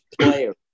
player